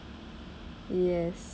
yes